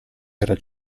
era